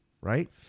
right